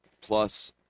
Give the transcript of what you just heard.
Plus